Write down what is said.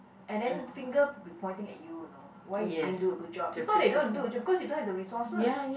and then finger will be pointing at you you know why you didn't do a good job its not that you don't want to do because you don't have the resources